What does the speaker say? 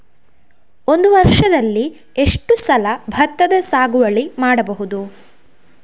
ಒಂದು ವರ್ಷದಲ್ಲಿ ಎಷ್ಟು ಸಲ ಭತ್ತದ ಸಾಗುವಳಿ ಮಾಡಬಹುದು?